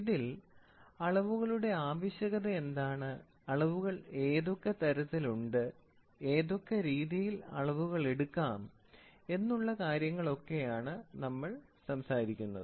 ഇതിൽ അളവുകളുടെ ആവശ്യകത എന്താണ് അളവുകൾ ഏതൊക്കെ തരത്തിൽ ഉണ്ട് ഏതൊക്കെ രീതിയിൽ അളവുകൾ എടുക്കാം എന്നുള്ള കാര്യങ്ങളൊക്കെ നമ്മൾ സംസാരിക്കും